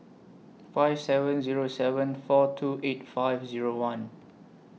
five seven Zero seven four two eight five Zero one